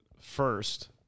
first